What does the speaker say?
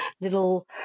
little